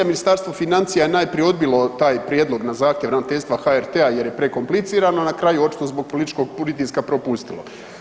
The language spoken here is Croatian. Ministarstvo financija je najprije odbilo taj prijedlog na zahtjev ravnateljstva HRT-a jer je prekomplicirano na kraju očito zbog političkog pritiska propustilo.